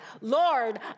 Lord